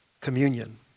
communion